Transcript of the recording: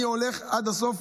אני הולך עד הסוף.